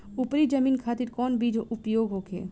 उपरी जमीन खातिर कौन बीज उपयोग होखे?